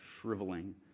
shriveling